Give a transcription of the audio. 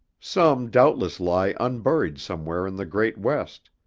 some doubtless lie unburied somewhere in the great west,